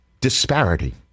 disparity